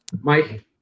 Mike